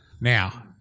Now